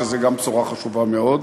וגם זה בשורה חשובה מאוד,